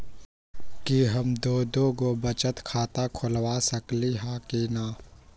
कि हम दो दो गो बचत खाता खोलबा सकली ह की न?